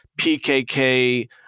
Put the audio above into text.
PKK